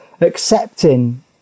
accepting